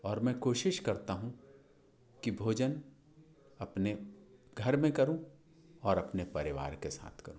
और मैं कोशिश करता हूँ कि भोजन अपने घर में करूँ और अपने परिवार के साथ करूँ